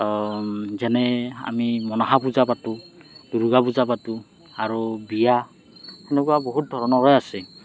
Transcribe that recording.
যেনে আমি মনসা পূজা পাতো দূৰ্গা পূজা পাতো আৰু বিয়া সেনেকুৱা বহুত ধৰণৰে আছে